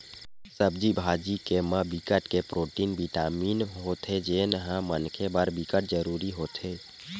सब्जी भाजी के म बिकट के प्रोटीन, बिटामिन होथे जेन ह मनखे बर बिकट जरूरी होथे